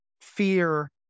fear